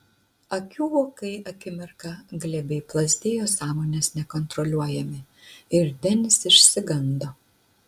akių vokai akimirką glebiai plazdėjo sąmonės nekontroliuojami ir denis išsigando